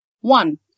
One